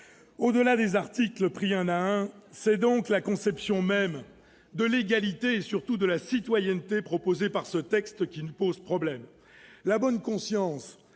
Au-delà des articles, pris un par un, c'est donc la conception même de l'égalité et surtout de la citoyenneté proposée par ce texte qui nous pose problème. La bonne conscience